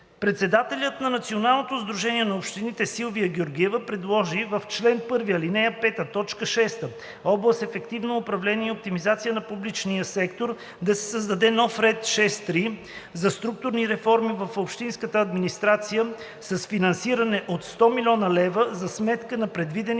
Председателят на Националното сдружение на общините Силвия Георгиева предложи в чл. 1, ал. 5, т. 6 област „Ефективно управление и оптимизация на публичния сектор“ да се създаде нов ред 6.3 за структурни реформи в общинската администрация с финансиране от 100 млн. лв. за сметка на предвидените